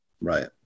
Right